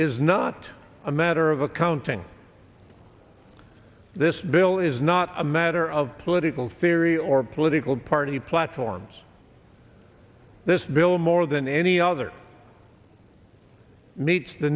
is not a matter of accounting this bill is not a matter of political theory or political party platforms this bill more of the in any other meets the